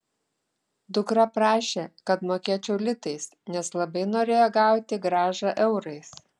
dukra prašė kad mokėčiau litais nes labai norėjo gauti grąžą eurais